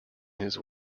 his